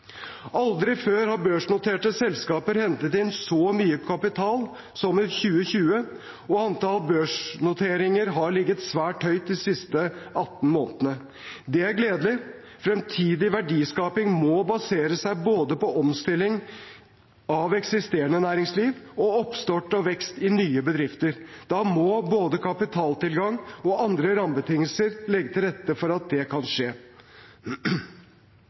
Aldri før har børsnoterte selskaper hentet inn så mye kapital som i 2020, og antall børsnoteringer har ligget svært høyt de siste 18 månedene. Det er gledelig. Fremtidig verdiskaping må basere seg både på omstilling av eksisterende næringsliv og på oppstart og vekst i nye bedrifter. Da må både kapitaltilgang og andre rammebetingelser legge til rette for at det kan skje.